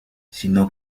sino